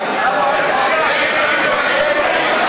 אני לא מאמינה.